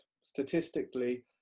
statistically